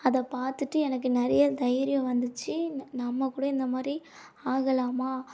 அதை பார்த்துட்டு எனக்கு நிறைய தைரியம் வந்துச்சு நம்ம கூட இந்த மாதிரி ஆகலாமா